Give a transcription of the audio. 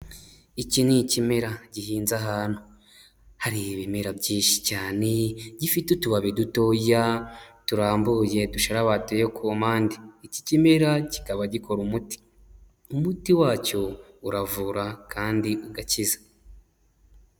Iki ni ikimera gihinze ahantu hari ibimera byinshi cyane, gifite utubabi dutoya turambuye dushwarabatuye ku mpande, iki kimera kikaba gikora umuti. Umuti wacyo uravura kandi ugakiza.